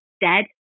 dead